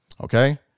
Okay